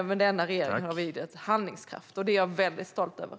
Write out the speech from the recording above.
Men den här regeringen har visat handlingskraft. Och det är jag väldigt stolt över.